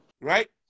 right